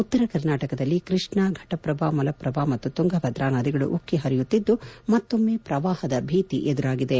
ಉತ್ತರ ಕರ್ನಾಟಕದಲ್ಲಿ ಕೃಷ್ಣಾ ಘಟಪ್ರಭಾ ಮಲಪ್ರಭಾ ಮತ್ತು ತುಂಗಭದ್ರಾ ನದಿಗಳು ಉಕ್ಕೆ ಪರಿಯುತ್ತಿದ್ದು ಮತ್ತೊಮ್ಮೆ ಪ್ರವಾಹದ ಭೀತಿ ಎದುರಾಗಿದೆ